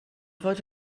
fod